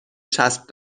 چسب